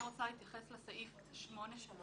אני רוצה להתייחס לסעיף 8(ג)